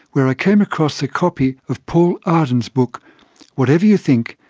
where i came across a copy of paul arden's book whatever you think,